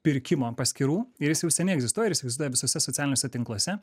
pirkimo paskyrų ir jis jau seniai egzistuoja ir jisai egzistuoja visuose socialiniuose tinkluose